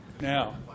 Now